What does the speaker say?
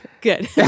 Good